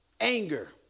anger